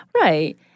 Right